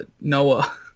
Noah